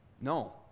No